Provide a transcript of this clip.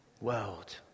world